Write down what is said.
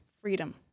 freedom